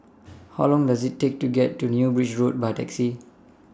How Long Does IT Take to get to New Bridge Road By Taxi